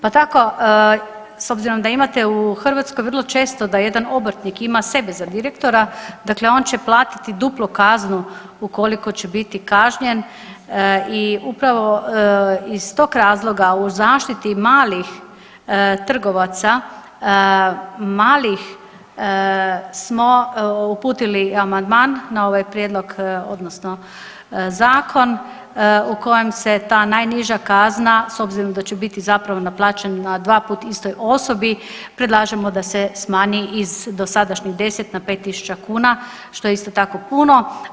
Pa tako s obzirom da imate u Hrvatskoj vrlo često da jedan obrtnik ima sebe za direktora, dakle on će platiti duplu kaznu ukoliko će biti kažnjen i upravo iz tog razloga u zaštiti malih trgovaca, malih smo uputili amandman na ovaj prijedlog odnosno zakon u kojem se ta najniža kazna s obzirom da će biti zapravo naplaćena istoj osobi predlažemo da se smanji iz dosadašnjih 10 na 5.000 kuna što je isto tako puno.